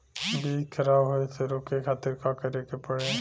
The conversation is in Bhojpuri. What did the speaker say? बीज खराब होए से रोके खातिर का करे के पड़ी?